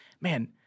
man